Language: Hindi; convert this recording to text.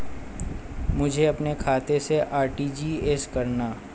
मुझे अपने खाते से आर.टी.जी.एस करना?